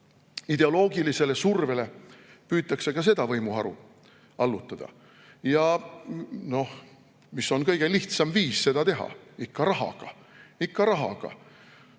ideoloogilisele survele püütakse ka seda võimuharu allutada. Ja noh, mis on kõige lihtsam viis seda teha – ikka rahaga, ikka rahaga.